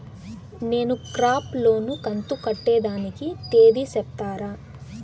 నేను crop loan కంతు కట్టేదానికి తేది సెప్తారా?